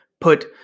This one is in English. put